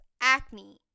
acne